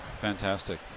Fantastic